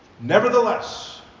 Nevertheless